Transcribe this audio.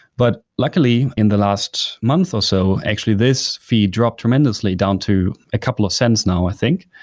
but luckily in the last month or so, actually this fee drop tremendously down to a couple of cents now, i think.